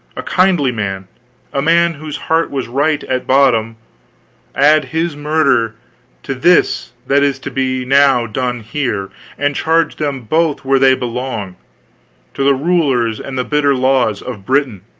a kindly man a man whose heart was right, at bottom add his murder to this that is to be now done here and charge them both where they belong to the rulers and the bitter laws of britain.